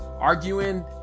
arguing